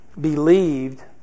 believed